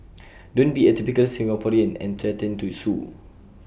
don't be A typical Singaporean and threaten to sue